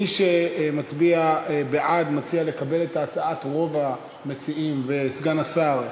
מי שמצביע בעד מציע לקבל את הצעת רוב המציעים וסגן השר,